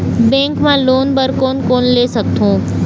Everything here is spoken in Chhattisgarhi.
बैंक मा लोन बर कोन कोन ले सकथों?